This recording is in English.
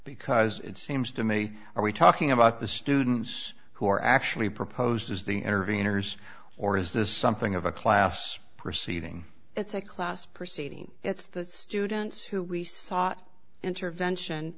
because it seems to me are we talking about the students who are actually proposed as the area enters or is this something of a class proceeding it's a class proceeding it's the students who we sought intervention